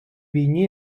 війні